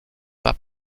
pas